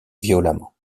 violemment